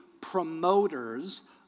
promoters